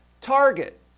target